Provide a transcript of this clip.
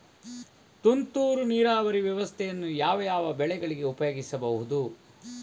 ತುಂತುರು ನೀರಾವರಿ ವ್ಯವಸ್ಥೆಯನ್ನು ಯಾವ್ಯಾವ ಬೆಳೆಗಳಿಗೆ ಉಪಯೋಗಿಸಬಹುದು?